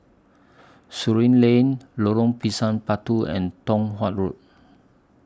Surin Lane Lorong Pisang Batu and Tong Watt Road